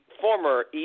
former